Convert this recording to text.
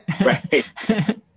Right